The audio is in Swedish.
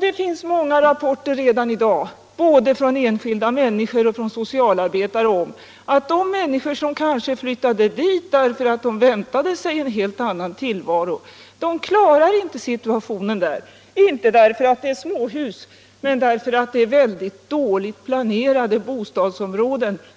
Det finns redan i dag många rapporter både från enskilda människor och från socialarbetare att de människor som flyttade dit kanske därför att de väntade sig en helt annan tillvaro inte klarar situationen där, just på grund av att bostadsområdena är mycket dåligt planerade